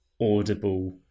audible